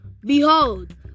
behold